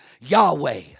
Yahweh